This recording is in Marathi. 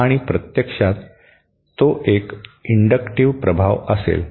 आणि प्रत्यक्षात तो एक इंडक्टिव्ह प्रभाव असेल